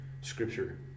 Scripture